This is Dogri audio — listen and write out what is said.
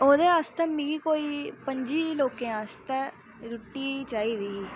ओह्दे आस्तै मिगी कोई पं'जी लोकें आस्तै रुट्टी चाहिदी ही